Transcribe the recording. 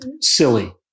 silly